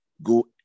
go